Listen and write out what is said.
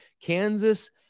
Kansas